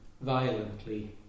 violently